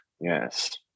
Yes